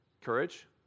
Courage